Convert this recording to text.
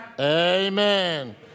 Amen